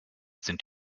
sind